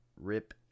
Rip